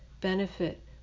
Benefit